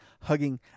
hugging